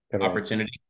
opportunity